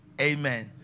amen